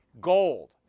Gold